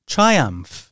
Triumph